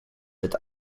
that